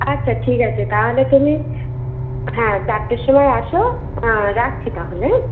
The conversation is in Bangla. আচ্ছা ঠিক আছে তাহালে তুমি হ্যাঁ চারটের সময় আসো রাখছি তাহলে হ্যাঁ